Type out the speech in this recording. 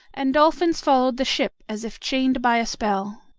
and dolphins followed the ship as if chained by a spell.